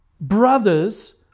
brothers